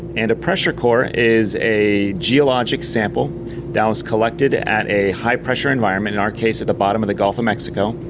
and a pressure core is a geologic sample that was collected at a high pressure environment, in our case at the bottom of the gulf of mexico,